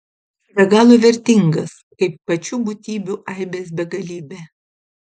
be galo vertingas kaip pačių būtybių aibės begalybė